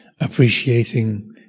Appreciating